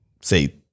say